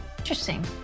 Interesting